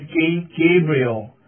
Gabriel